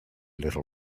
little